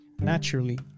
naturally